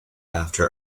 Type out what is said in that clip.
after